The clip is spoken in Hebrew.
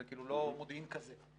זה כאילו לא מודיעין כזה.